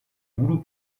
voodoo